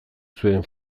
zuen